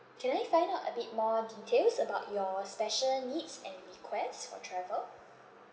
can I find out a bit more details about your special needs and requests for travel